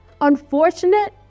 Unfortunate